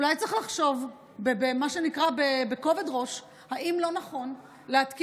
אולי צריך לחשוב בכובד ראש אם לא נכון להתקין